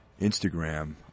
Instagram